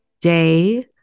day